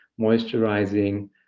moisturizing